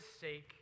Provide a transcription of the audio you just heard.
sake